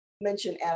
mentioned